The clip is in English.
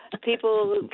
people